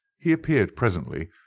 he appeared presently,